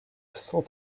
cent